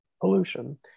pollution